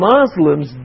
Muslims